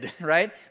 right